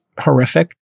horrific